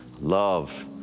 Love